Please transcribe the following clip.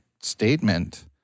statement